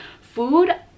food